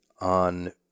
on